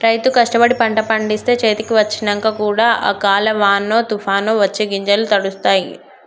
రైతు కష్టపడి పంట పండిస్తే చేతికి వచ్చినంక కూడా అకాల వానో తుఫానొ వచ్చి గింజలు తడుస్తాయ్